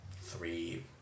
three